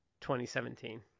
2017